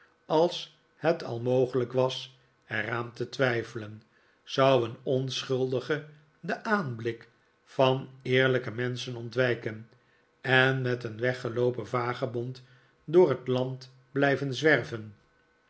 als het al mogelijk was er aan te twijfelen zou een onschuldige den aanblik van eerlijke menschen ontwijken en met een weggeloopen vagebond door het land blijven zwerven